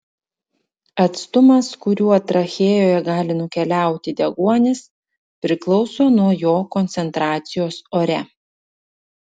atstumas kuriuo trachėjoje gali nukeliauti deguonis priklauso nuo jo koncentracijos ore